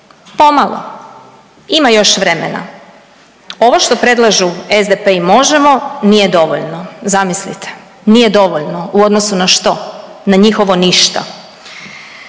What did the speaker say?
pomalo, ima još vremena. Ovo što predlažu SDP i Možemo!, nije dovoljno, zamislite, nije dovoljno u odnosu na što? Na njihovo ništa.